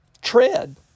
tread